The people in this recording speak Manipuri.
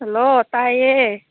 ꯍꯜꯂꯣ ꯇꯥꯏꯌꯦ